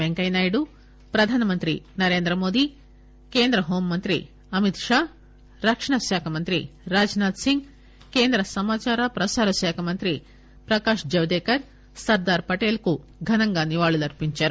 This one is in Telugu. వెంకయ్యనాయుడు ప్రధానమంత్రి నరేంద్రమోదీ కేంద్ర హోంమంత్రి అమిత్ షా రక్షణశాఖ మంత్రి రాజ్నాథ్ సింగ్ కేంద్రసమదార ప్రసార శాఖమంత్రి ప్రకాష్ జవడేకర్ సర్దార్ పటేల్కు ఘనంగా నివాళులర్చించారు